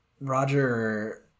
roger